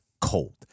cold